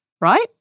right